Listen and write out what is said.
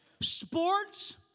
Sports